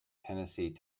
tennessee